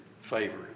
favor